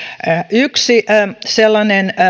yksi sellainen